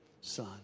Son